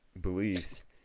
beliefs